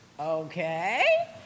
okay